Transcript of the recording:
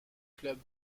club